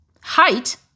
Height